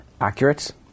accurate